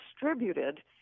distributed